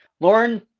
Lauren